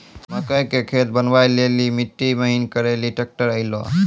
मकई के खेत बनवा ले ली मिट्टी महीन करे ले ली ट्रैक्टर ऐलो?